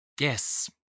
Yes